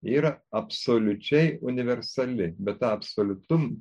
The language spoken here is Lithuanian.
ji yra absoliučiai universali bet tą absoliutum